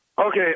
Okay